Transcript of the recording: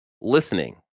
listening